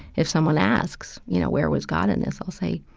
if someone asks, you know, where was god in this? i'll say,